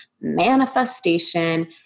manifestation